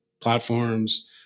platforms